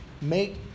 make